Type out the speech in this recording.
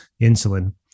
insulin